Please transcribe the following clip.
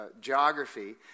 geography